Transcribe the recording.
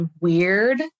weird